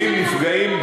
לעתים נפגעים,